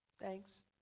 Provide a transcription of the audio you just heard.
thanks